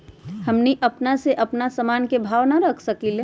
हमनी अपना से अपना सामन के भाव न रख सकींले?